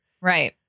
Right